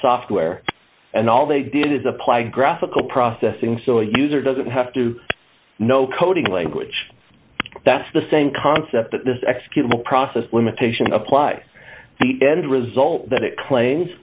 software and all they did is apply graphical processing so a user doesn't have to know coding language that's the same concept that this executable process limitation applies the end result that it claims